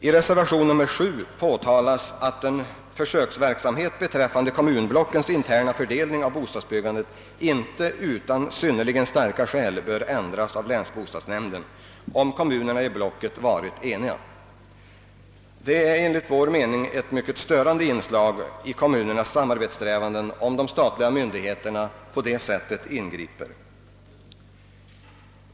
I reservation nr 7 framhålles att försöksverksamheten beträffande kommunblockens interna fördelning av bostadsbyggandet inte utan synnerligen starka skäl bör ändras av länsbostadsnämnden, om kommunerna i blocket varit eniga. Det är enligt vår mening ett mycket störande inslag i kommunernas samarbetssträvanden, om de statliga myndigheterna ingriper på det sättet.